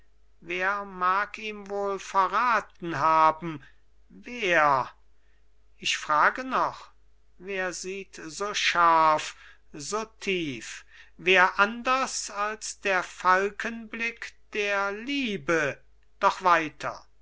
wer mag ihm wohl verraten haben wer ich frage noch wer sieht so scharf so tief wer anders als der falkenblick der liebe doch weiter